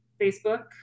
Facebook